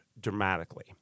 dramatically